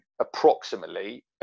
approximately